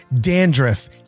dandruff